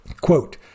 Quote